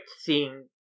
seeing